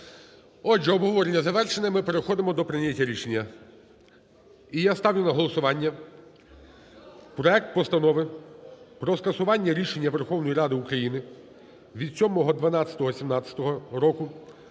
Отже, обговорення завершено. Ми переходимо до прийняття рішення. І я ставлю на голосування проект Постанови про скасування рішення Верховної Ради України від 07.12.2017 року